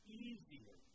easier